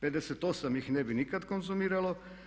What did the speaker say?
58 ih ne bi nikad konzumiralo.